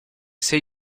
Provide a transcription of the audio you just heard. sei